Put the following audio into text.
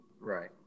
Right